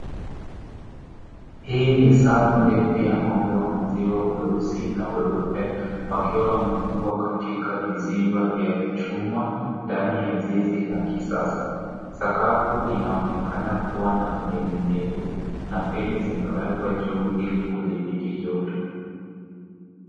Hii ni safu ndefu ya ng'ombe wa maziwa weusi na weupe, wakiwa wamefungwa katika vizimba vya chuma, ndani ya zizi la kisasa. Sakafu inaonekana kuwa na unyevunyevu, na feni zimewekwa juu ili kudhibiti joto.